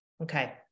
Okay